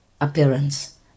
appearance